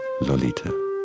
lolita